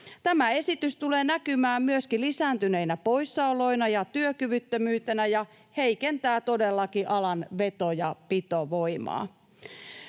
Tämä esitys tulee näkymään myöskin lisääntyneinä poissaoloina ja työkyvyttömyytenä ja heikentää todellakin alan veto- ja pitovoimaa.